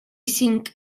cinc